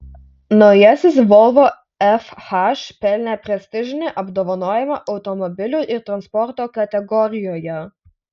naujasis volvo fh pelnė prestižinį apdovanojimą automobilių ir transporto kategorijoje